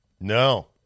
no